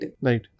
Right